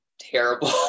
terrible